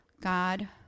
God